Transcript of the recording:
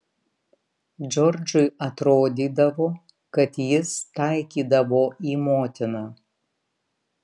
džordžui atrodydavo kad jis taikydavo į motiną